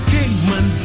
Kingman